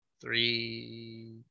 three